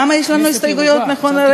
כמה הסתייגויות יש לנו כרגע?